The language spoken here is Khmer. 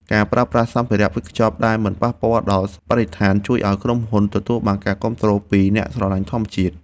ការប្រើប្រាស់សម្ភារៈវេចខ្ចប់ដែលមិនប៉ះពាល់ដល់បរិស្ថានជួយឱ្យក្រុមហ៊ុនទទួលបានការគាំទ្រពីអ្នកស្រឡាញ់ធម្មជាតិ។